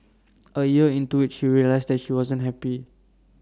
A year into IT she realised that she wasn't happy